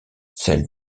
celles